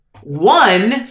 one